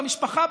במשפחה,